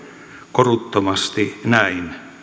koruttomasti näin